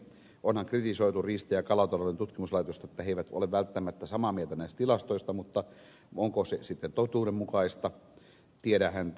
onhan kritisoitu riista ja kalatalouden tutkimuslaitosta että he eivät ole välttämättä samaa mieltä näistä tilastoista mutta onko se sitten totuudenmukaista tiedä häntä